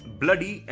bloody